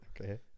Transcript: Okay